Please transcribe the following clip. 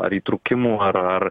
ar įtrūkimų ar ar